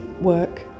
work